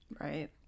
Right